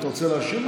אתה רוצה להשיב לו?